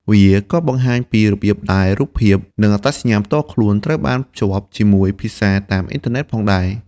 វាក៏បង្ហាញពីរបៀបដែលរូបភាព និងអត្តសញ្ញាណផ្ទាល់ខ្លួនត្រូវបានភ្ជាប់ជាមួយភាសាតាមអ៊ីនធឺណិតផងដែរ។